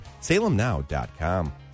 SalemNow.com